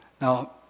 Now